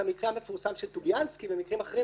המקרה המפורסם של טוביאנסקי ומקרים אחרים,